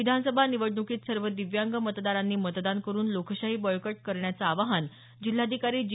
विधानसभा निवडणुकीत सर्व दिव्यांग मतदारांनी मतदान करून लोकशाही बळकट करण्याचं आवाहन जिल्हाधिकारी जी